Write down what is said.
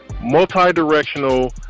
multi-directional